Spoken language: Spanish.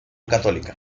católica